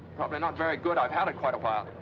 probably not very good. i've had it quite a while.